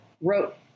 Wrote